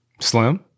Slim